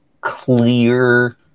clear